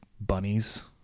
bunnies